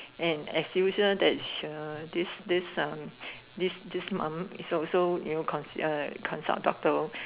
and as usual that's sh~ this this um this this mom is also you know consi~ uh consult doctor